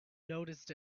noticed